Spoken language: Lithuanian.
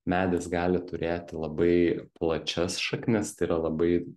medis gali turėti labai plačias šaknis tai yra labai